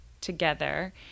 together